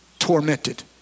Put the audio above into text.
tormented